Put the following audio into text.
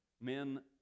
men